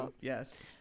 yes